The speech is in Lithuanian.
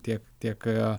tiek tiek